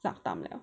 suck thumb liao